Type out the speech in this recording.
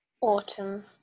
Autumn